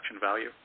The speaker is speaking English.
value